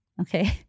Okay